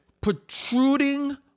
protruding